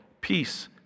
peace